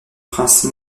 prince